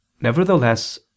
Nevertheless